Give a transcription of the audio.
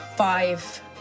five